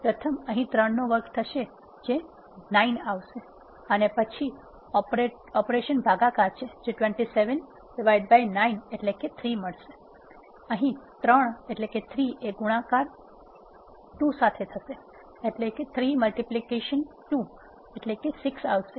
પ્રથમ અહી ૩ નો વર્ગ થશે જે ૯ આવશે અને પછીનું ઓપરેશન ભાગાકાર છે જે ૨૭૯ એટલે ૩ આવશે પછી ૩ ગુણાકાર ૨ થશે એટલે ૬ આવશે